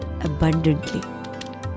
abundantly